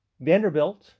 Vanderbilt